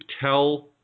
tell